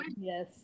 yes